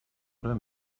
oder